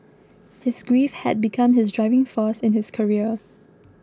his grief had become his driving force in his career